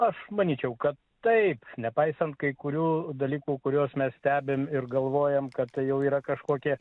aš manyčiau kad taip nepaisant kai kurių dalykų kuriuos mes stebim ir galvojam kad tai jau yra kažkokie